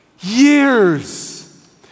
Years